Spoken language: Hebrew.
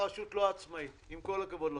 הרשות לא עצמאית, עם כל הכבוד לכם.